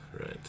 Right